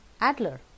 Adler